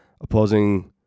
opposing